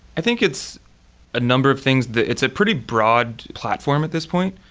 i think it's a number of things that it's a pretty broad platform at this point.